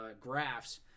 graphs